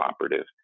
cooperative